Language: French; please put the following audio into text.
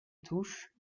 touche